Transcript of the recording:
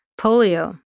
polio